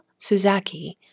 Suzaki